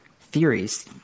theories